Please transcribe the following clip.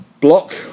Block